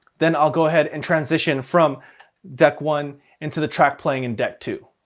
then i'll go ahead and transition from deck one into the track playing in deck two.